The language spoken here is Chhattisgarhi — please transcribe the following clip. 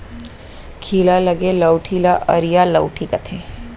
खीला लगे लउठी ल अरिया लउठी कथें